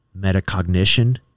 metacognition